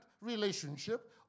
relationship